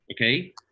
okay